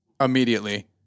immediately